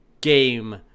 game